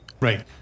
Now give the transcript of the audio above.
right